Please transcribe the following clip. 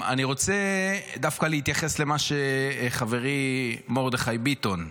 אני רוצה דווקא להתייחס למה שחברי מרדכי ביטון,